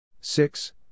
six